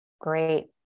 great